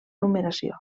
numeració